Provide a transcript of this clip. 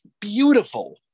beautiful